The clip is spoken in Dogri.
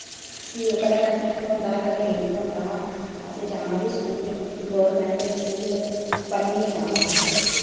फ्ही ओह् कदें असें थ्होंदा कदें नेईं थ्होंदा हा असें जाना उठी स्कूल गोरमैंट स्कूल पढ़ने जाना उठी